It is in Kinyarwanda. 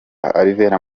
alvera